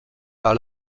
par